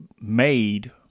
made